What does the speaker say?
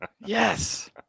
Yes